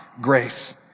Grace